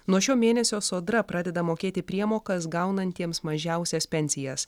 nuo šio mėnesio sodra pradeda mokėti priemokas gaunantiems mažiausias pensijas